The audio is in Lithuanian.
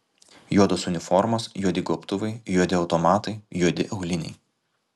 juodos uniformos juodi gobtuvai juodi automatai juodi auliniai